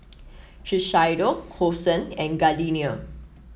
Shiseido Hosen and Gardenia